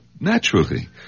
naturally